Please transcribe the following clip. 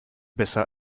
besser